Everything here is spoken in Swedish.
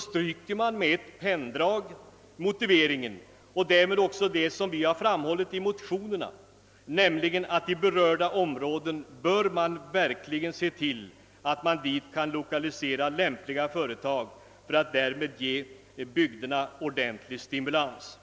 stryker man med ett penndrag motiveringen och därmed också det som vi framhållit i motionerna, nämligen att man i de berörda områdena verkligen bör se till att man dit kan lokalisera lämpliga företag för att därmed ge bygderna ordentlig stimulans.